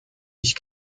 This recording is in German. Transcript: ich